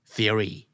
Theory